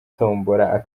tombola